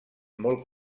molt